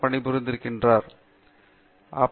பேராசிரியர் தீபா வெங்கையர் மும்பை பல்கலைக்கழகம்